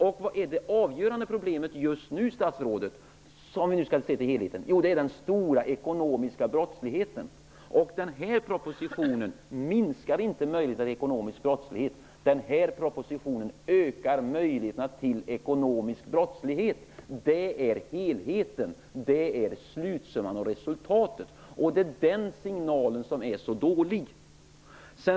Om vi skall se till helheten så är det avgörande problemet just nu den stora ekonomiska brottsligheten. Den här propositionen minskar inte möjligheterna till ekonomisk brottslighet, utan den ökar möjligheterna till ekonomisk brottslighet. Det är helheten, slutsumman och resultatet. Det är denna signal som är så dålig.